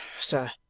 sir